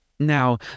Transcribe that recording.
Now